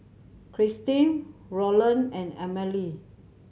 Kristyn Rolland and Amalie